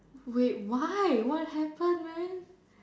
wait why what happen man